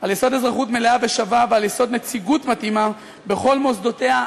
מלאה ושווה ועל יסוד נציגות מתאימה בכל מוסדותיה,